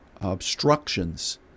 obstructions